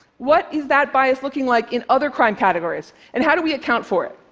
what is that bias looking like in other crime categories, and how do we account for it?